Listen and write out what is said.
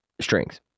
strings